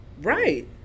Right